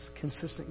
consistent